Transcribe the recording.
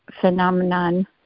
phenomenon